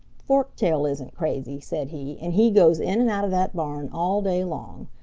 forktail isn't crazy, said he, and he goes in and out of that barn all day long.